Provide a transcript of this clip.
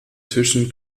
tischen